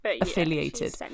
affiliated